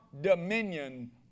dominion